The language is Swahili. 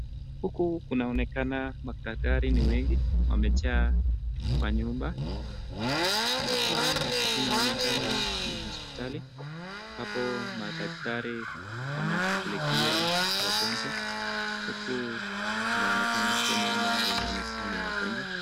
Huku kunakaa madaktari ni wengi wamejaa kwa nyumba. Hapa inaonekana ni hospitali ambapo madaktari wanashughulikia wagonjwa. Huku kunaonekana huko nyuma wenye wamekaa ni wagonjwa.